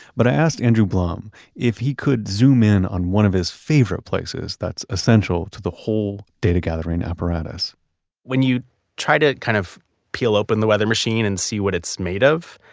but i asked andrew blum if he could zoom in on one of his favorite places that's essential to the whole data gathering apparatus when you try to kind of peel open the weather machine and see what it's made of,